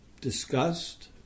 discussed